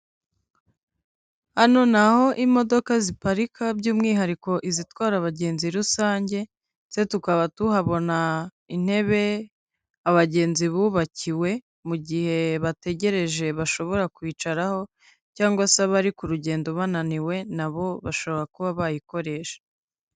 Hano naho imodoka ziparika by'umwihariko izitwara abagenzi rusange ndetse tukaba tuhabona intebe abagenzi bubakiwe mu gihe bategereje bashobora kwicaraho cyangwa se bari ku rugendo bananiwe nabo bashobora kuba bayikoresha.